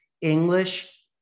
English